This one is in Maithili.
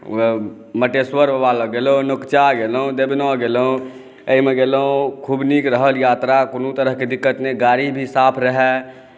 मटेश्वर बाबा लग गेलहुँ नकूचा गेलहुँ देवना गेलहुँ एहिमे गेलहुँ खुब नीक रहल यात्रा कोनो तरहकेँ दिक्कत नहि गाड़ी भी साफ रहै